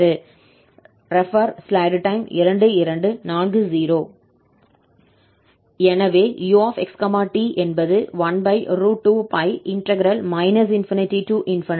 எனவே 𝑢 𝑥 𝑡 என்பது 12π ∞fgx βdβ